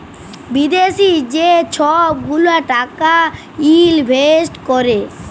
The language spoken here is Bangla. বিদ্যাশি যে ছব গুলা টাকা ইলভেস্ট ক্যরে